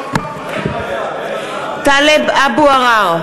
כנוסח הוועדה.